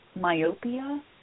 myopia